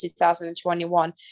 2021